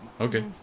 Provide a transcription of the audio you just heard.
Okay